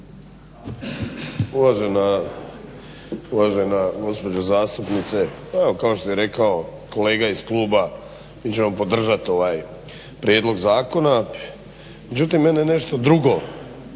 Uvažena gospođo zastupnice, evo kao što je rekao kolega iz kluba, mi ćemo podržat ovaj prijedlog zakona. Međutim mene nešto drugo